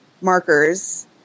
markers